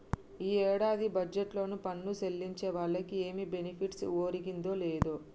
ఈ ఏడాది బడ్జెట్లో పన్ను సెల్లించే వాళ్లకి ఏమి బెనిఫిట్ ఒరిగిందే లేదు